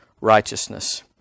righteousness